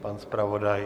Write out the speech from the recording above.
Pan zpravodaj?